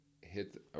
hit